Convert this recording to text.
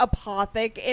Apothic